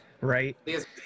Right